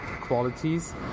qualities